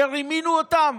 שרימינו אותם?